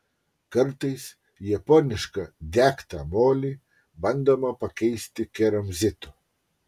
kartais japonišką degtą molį bandoma pakeisti keramzitu